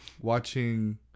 watching